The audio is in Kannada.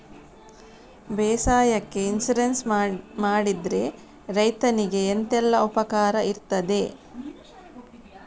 ಬೇಸಾಯಕ್ಕೆ ಇನ್ಸೂರೆನ್ಸ್ ಮಾಡಿದ್ರೆ ರೈತನಿಗೆ ಎಂತೆಲ್ಲ ಉಪಕಾರ ಇರ್ತದೆ?